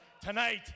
tonight